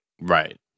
Right